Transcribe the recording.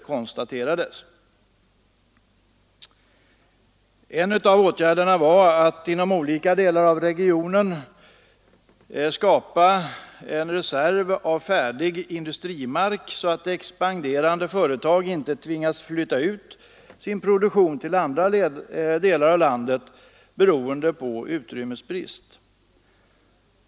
En av åtgärderna var att inom olika delar av regionen skapa en reserv av färdig industrimark så att expanderande företag inte skulle tvingas flytta ut sin produktion till andra områden i landet av ren utrymmesbrist.